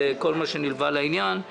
על כל מה שנלווה לעניין.